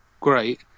great